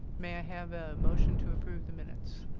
may i have a motion to approve the minutes?